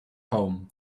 home